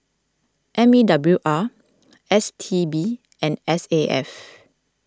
M E W R S T B and S A F